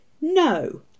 no